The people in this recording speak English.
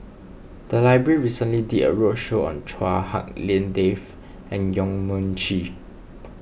the library recently did a roadshow on Chua Hak Lien Dave and Yong Mun Chee